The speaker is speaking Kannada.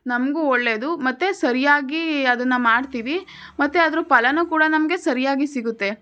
ನಮ್ಗೂ ಒಳ್ಳೆಯದು ಮತ್ತೆ ಸರಿಯಾಗಿ ಅದನ್ನು ಮಾಡ್ತೀವಿ ಮತ್ತು ಅದ್ರ ಫಲವು ಕೂಡ ನಮಗೆ ಸರಿಯಾಗಿ ಸಿಗುತ್ತೆ